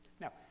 Now